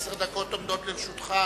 עשר דקות עומדות לרשותך.